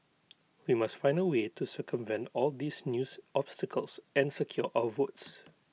we must find A way to circumvent all these news obstacles and secure our votes